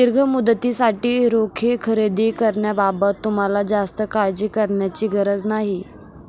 दीर्घ मुदतीसाठी रोखे खरेदी करण्याबाबत तुम्हाला जास्त काळजी करण्याची गरज नाही